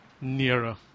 nearer